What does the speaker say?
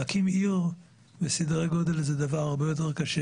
להקים עיר בסדר גודל רציני זה דבר קשה